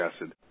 acid